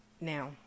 Now